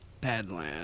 Badland